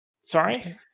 Sorry